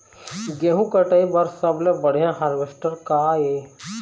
गेहूं कटाई बर सबले बढ़िया हारवेस्टर का ये?